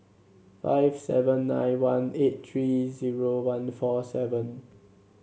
five seven nine one eight three zero one four seven